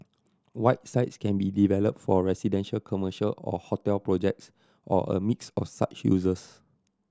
white sites can be develop for residential commercial or hotel projects or a mix of such uses